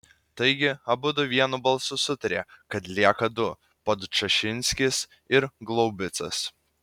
taigi abudu vienu balsu sutarė kad lieka du podčašinskis ir glaubicas